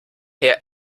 herr